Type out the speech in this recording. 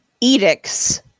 edicts